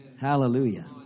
Hallelujah